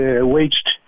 waged